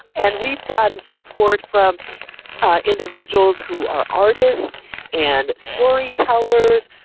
and we've gotten support from individuals who are artists and storytellers,